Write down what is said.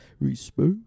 Respect